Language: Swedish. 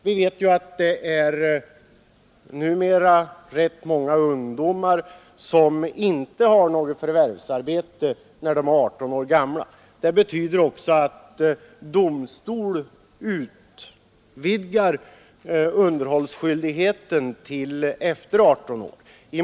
Vi vet ju att rätt många ungdomar numera inte har något förvärvsarbete när de är 18 år gamla. Det betyder också att domstol utvidgar underhållsskyldigheten till att gälla efter 18 års ålder.